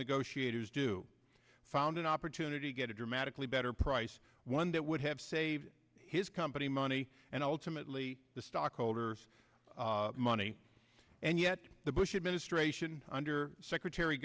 negotiators do found an opportunity to get a dramatically better price one that would have saved his company money and ultimately the stockholders money and yet the bush administration under secretary